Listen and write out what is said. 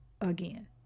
again